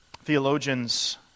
Theologians